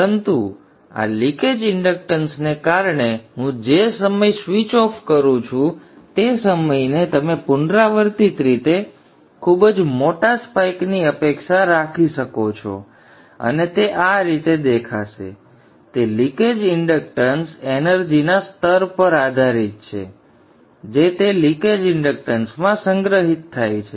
પરંતુ આ લીકેજ ઇંડક્ટન્સને કારણે હું જે સમય સ્વિચ ઓફ કરું છું તે સમયને તમે પુનરાવર્તિત રીતે ખૂબ જ મોટા સ્પાઇકની અપેક્ષા રાખી શકો છો અને તે આ રીતે દેખાશે સંદર્ભ સમય 1746 તે લીકેજ ઇંડક્ટન્સ એનર્જીના સ્તર પર આધારિત છે જે તે લીકેજ ઇંડક્ટન્સમાં સંગ્રહિત થાય છે